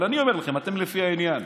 אבל אני אומר לכם, אתם לפי העניין: